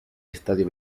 estadio